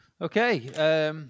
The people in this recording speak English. Okay